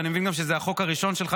ואני מבין גם שזה החוק הראשון שלך,